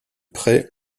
près